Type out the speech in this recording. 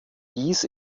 dies